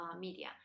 media